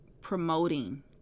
promoting